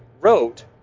wrote